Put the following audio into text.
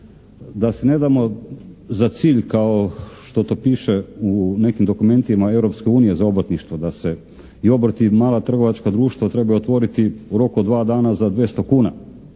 da si ne damo za cilj kao što to piše u nekim dokumentima Europske unije za obrtništvo, da se i obrt i mala trgovačka društva trebaju otvoriti u roku od dva dana za 200 kuna,